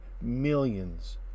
millions